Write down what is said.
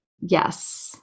Yes